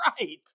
Right